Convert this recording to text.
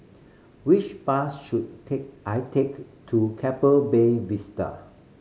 which bus should I take to Keppel Bay Vista